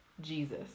Jesus